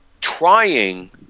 trying